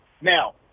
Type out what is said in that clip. Now